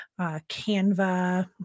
Canva